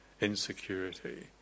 insecurity